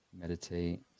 Meditate